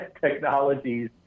technologies